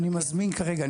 אני מזמין כרגע,